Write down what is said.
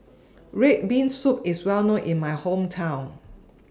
Red Bean Soup IS Well known in My Hometown